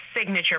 signature